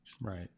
Right